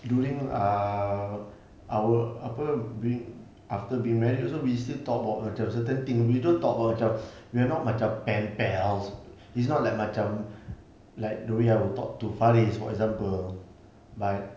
during ah our apa being after being married also we still talk about macam certain thing we don't talk about jobs we are not macam pen pals is not like macam like the way I would talk to faris for example but